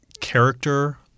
character